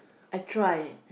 I try